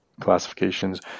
classifications